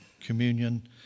communion